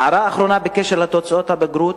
הערה אחרונה, בעניין תוצאות הבגרות.